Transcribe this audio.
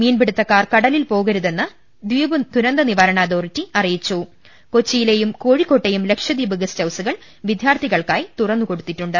മീൻപിടുത്തക്കാർ കടലിൽ പോകരുതെന്ന് ദ്വീപ് ദുരന്തനിവാരണ അതോറിറ്റി അറിയി ച്ചും കൊച്ചിയിലേയും കോഴിക്കോട്ടെയും ലക്ഷദ്വീപ് ഗസ്റ്റ്ഹൌസു കൾ വിദ്യാർത്ഥികൾക്കാടി തുറന്നുകൊടുത്തിട്ടുണ്ട്